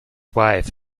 wife